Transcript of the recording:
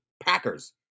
Packers